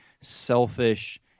selfish